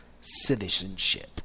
citizenship